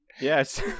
Yes